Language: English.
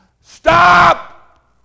Stop